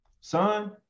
son